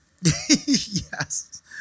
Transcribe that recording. Yes